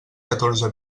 catorze